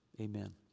amen